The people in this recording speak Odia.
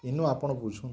ଇନୁ ଆପଣ ବୁଝୁ